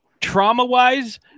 trauma-wise